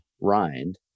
rind